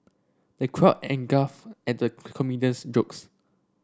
the crowd and guff at the comedian's jokes